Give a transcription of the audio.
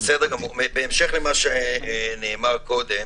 בהמשך למה שנאמר קודם,